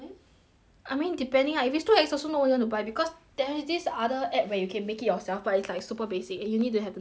I mean depending lah if it's too ex also nobody want to buy because there is this other app where you can make it yourself but it's like super basic and you need to have knowledge to make lor